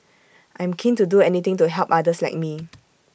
I'm keen to do anything to help others like me